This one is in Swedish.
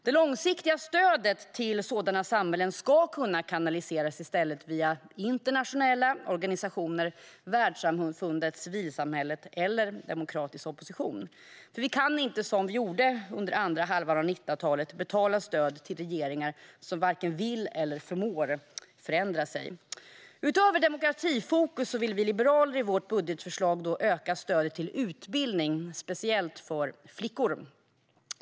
Det långsiktiga stödet till sådana samhällen ska i stället kunna kanaliseras via internationella organisationer, världssamfundet, civilsamhället eller demokratisk opposition. Vi kan inte, som vi gjorde under andra halvan av 1900-talet, betala stöd till regeringar som varken vill eller förmår förändra sig. Utöver stödet till demokratifokus vill vi liberaler i vårt budgetförslag öka stödet till utbildning, särskilt för flickor.